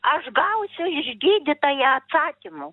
aš gausiu iš gydytąją atsakymu